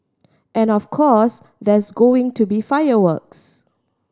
and of course there's going to be fireworks